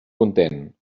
content